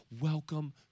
Welcome